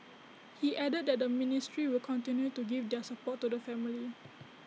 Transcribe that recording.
he added that the ministry will continue to give their support to the family